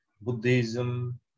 Buddhism